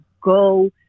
go